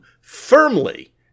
firmly